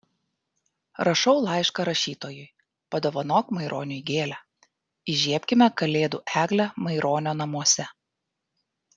rašau laišką rašytojui padovanok maironiui gėlę įžiebkime kalėdų eglę maironio namuose